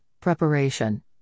Preparation